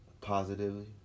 positively